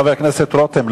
חבר הכנסת רותם,